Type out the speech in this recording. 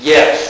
Yes